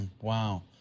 Wow